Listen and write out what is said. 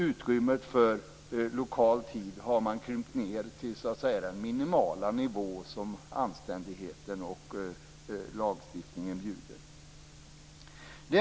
Utrymmet för lokal tid har man krympt ned till den minimala nivå som anständigheten och lagstiftningen bjuder.